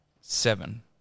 Seven